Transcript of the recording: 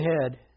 ahead